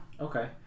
Okay